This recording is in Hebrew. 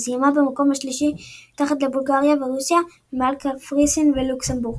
וסיימה במקום השלישי מתחת לבולגריה ורוסיה ומעל קפריסין ולוקסמבורג.